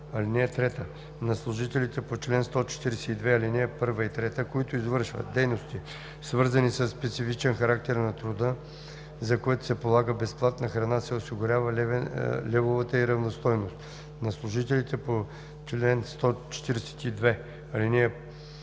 „(3) На служителите по чл. 142, ал. 1 и 3, които извършват дейности, свързани със специфичен характер на труда, за което се полага безплатна храна, се осигурява левовата й равностойност. На служителите по чл. 142, ал.